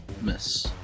Miss